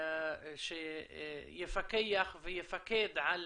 שיפקח ויפקד על